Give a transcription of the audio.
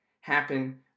happen